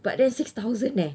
but then six thousand eh